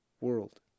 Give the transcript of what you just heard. world